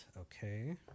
okay